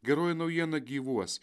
geroji naujiena gyvuos